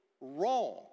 wrong